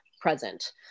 present